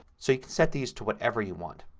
so you can set these to whatever you want.